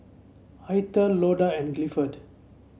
Eithel Loda and Gifford